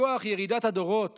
מכוח ירידת הדורות